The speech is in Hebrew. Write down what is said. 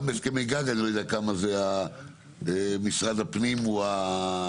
גם בהסכמי גג אני לא יודע כמה זה משרד הפנים הוא הדומיננטי.